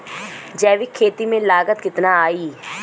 जैविक खेती में लागत कितना आई?